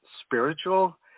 spiritual